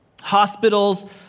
hospitals